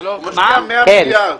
הוא משקיע 100 מיליארד.